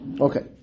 Okay